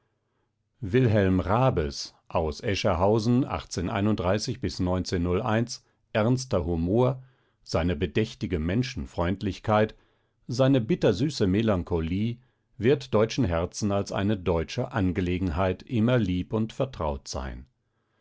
wilhelm raabes aus es hausen ernster humor seine bedächtige menschenfreundlichkeit seine bittersüße melancholie wird deutschen herzen als eine deutsche angelegenheit immer lieb und vertraut sein